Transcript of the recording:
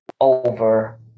over